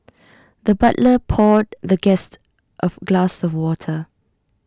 the butler poured the guest of glass of water